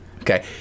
Okay